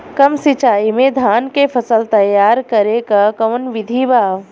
कम सिचाई में धान के फसल तैयार करे क कवन बिधि बा?